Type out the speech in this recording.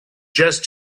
just